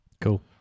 Cool